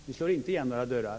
Vi slår inte igen några dörrar.